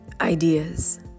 ideas